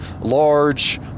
large